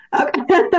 Okay